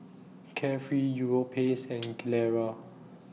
Carefree Europace and Gilera